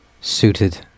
suited